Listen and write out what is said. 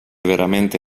veramente